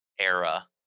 era